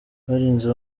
barinze